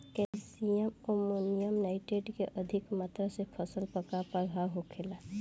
Calcium ammonium nitrate के अधिक मात्रा से फसल पर का प्रभाव होखेला?